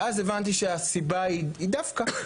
ואז הבנתי שהסיבה היא דווקא,